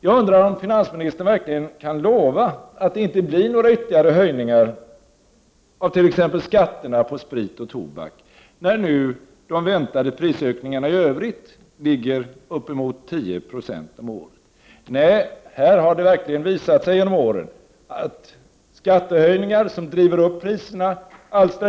Jag undrar om finansministern verkligen kan lova att det inte blir några ytterligare höjningar av t.ex. skatterna på sprit och tobak, när nu de väntade prisökningarna i övrigt ligger uppemot 10 26 om året. Här har det verkligen visat sig genom åren att skattehöjningar som driver upp priserna